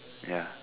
ya